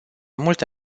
multe